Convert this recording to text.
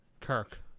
Kirk